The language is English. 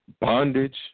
bondage